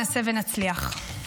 נעשה ונצליח.